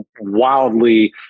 wildly